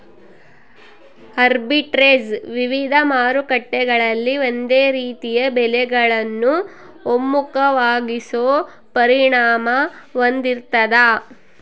arbitrage ವಿವಿಧ ಮಾರುಕಟ್ಟೆಗಳಲ್ಲಿ ಒಂದೇ ರೀತಿಯ ಬೆಲೆಗಳನ್ನು ಒಮ್ಮುಖವಾಗಿಸೋ ಪರಿಣಾಮ ಹೊಂದಿರ್ತಾದ